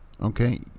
okay